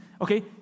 Okay